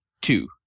Two